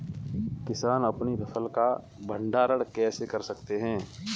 किसान अपनी फसल का भंडारण कैसे कर सकते हैं?